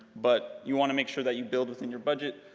but you wanna make sure that you build within your budget.